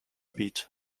beat